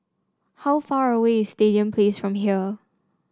how far away is Stadium Place from here